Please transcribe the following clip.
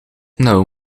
nauw